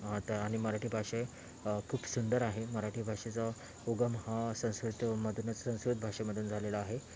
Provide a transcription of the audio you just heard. आता आणि मराठी भाषे खूप सुंदर आहे मराठी भाषेचा उगम हा संस्कृतमधूनच संस्कृत भाषेमधून झालेला आहे